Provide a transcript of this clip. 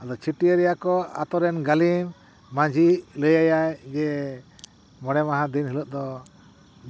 ᱟᱫᱚ ᱪᱷᱟᱹᱴᱭᱟᱹᱨᱮᱭᱟ ᱠᱚ ᱟᱠᱚᱨᱮᱱ ᱜᱟᱹᱞᱤᱢ ᱢᱟᱹᱡᱷᱤ ᱞᱟᱹᱭᱟᱭ ᱡᱮ ᱢᱚᱬᱮ ᱢᱟᱦᱟ ᱫᱤᱱ ᱦᱤᱞᱳᱜ ᱫᱚ